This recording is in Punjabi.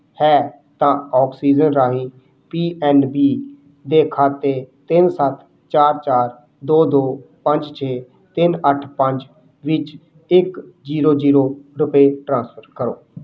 ਹੈ ਤਾਂ ਆਕਸੀਜਨ ਰਾਹੀਂ ਪੀ ਐੱਨ ਬੀ ਦੇ ਖਾਤੇ ਤਿੰਨ ਸੱਤ ਚਾਰ ਚਾਰ ਦੋ ਦੋ ਪੰਜ ਛੇ ਤਿੰਨ ਅੱਠ ਪੰਜ ਵਿੱਚ ਇੱਕ ਜ਼ੀਰੋ ਜ਼ੀਰੋ ਰੁਪਏ ਟ੍ਰਾਂਸਫਰ ਕਰੋ